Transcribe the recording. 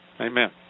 amen